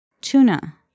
Tuna